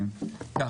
אני מכבד.